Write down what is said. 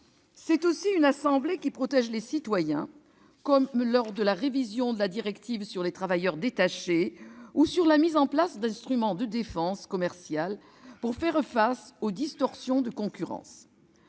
C'est aussi une assemblée qui protège les citoyens, comme ce fut le cas lors de la révision de la directive sur les travailleurs détachés ou sur la mise en place d'instruments de défense commerciale pour faire face aux distorsions de concurrence.